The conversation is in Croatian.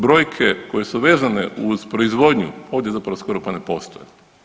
Brojke koje su vezane uz proizvodnju, ovdje zapravo skoro pa ne postoje.